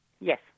Yes